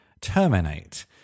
terminate